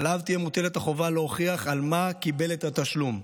עליו תהיה מוטלת החובה להוכיח על מה קיבל את התשלום.